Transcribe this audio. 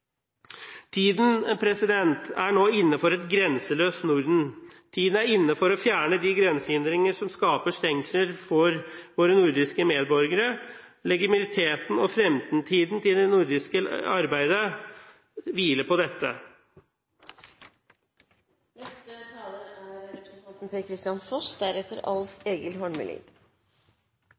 er nå inne for et grenseløst Norden. Tiden er inne for å fjerne de grensehindringer som skaper stengsler for våre nordiske medborgere. Legitimiteten og fremtiden til det nordiske arbeidet hviler på dette. Grensehinder er